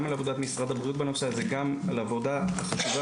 גם על עבודת משרד הבריאות וגם על העבודה החשובה